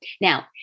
Now